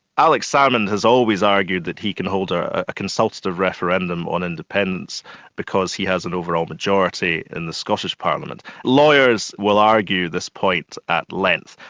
alex salmond has always argued that he can hold a consultative referendum on independence because he has an overall majority in the scottish parliament. lawyers will argue this point at length,